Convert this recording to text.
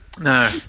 No